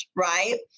right